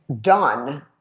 done